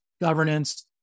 governance